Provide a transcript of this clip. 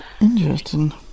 interesting